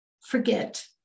forget